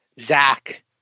Zach